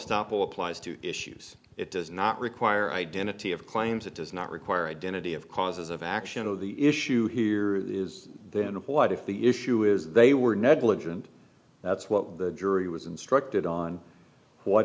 el applies to issues it does not require identity of claims it does not require identity of causes of action or the issue here is then applied if the issue is they were negligent that's what the jury was instructed on what